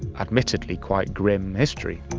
admittedly, quite grim history.